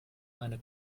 eine